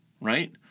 right